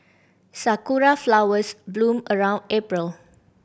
sakura flowers bloom around April